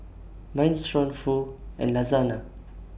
Minestrone Pho and Lasagna